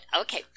Okay